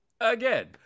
again